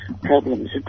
problems